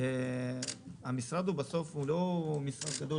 המשרד הוא לא משרד גדול,